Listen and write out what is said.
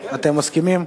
האם אתם מסכימים?